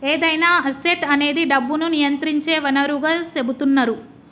ఏదైనా అసెట్ అనేది డబ్బును నియంత్రించే వనరుగా సెపుతున్నరు